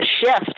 shift